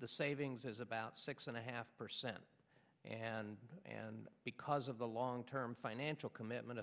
the savings is about six and a half percent and and because of the long term financial commitment